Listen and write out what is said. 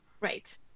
Right